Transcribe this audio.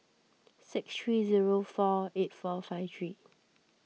six three zero four eight four five three